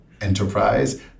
enterprise